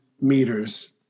meters